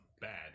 bad